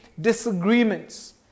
disagreements